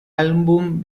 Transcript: álbum